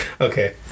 Okay